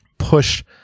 push